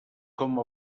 com